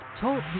TALK